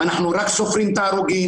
אנחנו רק סופרים את ההרוגים.